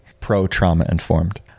pro-trauma-informed